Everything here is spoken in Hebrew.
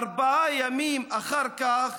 ארבעה ימים אחר כך,